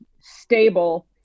stable